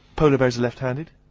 polar bears are left handed.